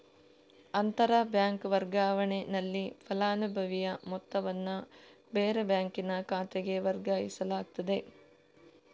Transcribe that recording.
ಅಂತರ ಬ್ಯಾಂಕ್ ವರ್ಗಾವಣೆನಲ್ಲಿ ಫಲಾನುಭವಿಯ ಮೊತ್ತವನ್ನ ಬೇರೆ ಬ್ಯಾಂಕಿನ ಖಾತೆಗೆ ವರ್ಗಾಯಿಸಲಾಗ್ತದೆ